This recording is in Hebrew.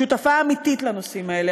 שותפה אמיתית לנושאים האלה,